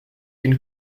une